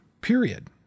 period